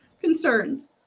concerns